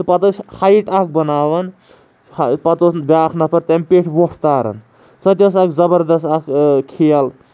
تہٕ پَتہٕ ٲسۍ ہایٹ اَکھ بَناوان ہَہ پَتہٕ اوس بیٛاکھ نَفَر تَمہِ پیٚٹھ ووٚٹھ تاران سۄتہِ ٲس اَکھ زبردست اَکھ کھیل